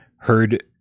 Heard